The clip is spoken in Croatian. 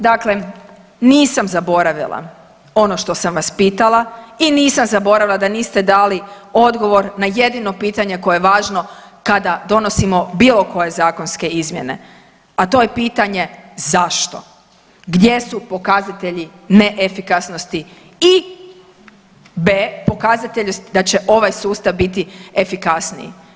Dakle, nisam zaboravila ono što sam vas pitala i nisam zaboravila da niste dali odgovor na jedino pitanje koje je važno kada donosimo bilo koje zakonske izmjene, a to je pitanje zašto, gdje su pokazatelji neefikasnosti i b) pokazatelji da će ovaj sustav biti efikasniji?